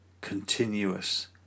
continuous